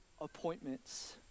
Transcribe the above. appointments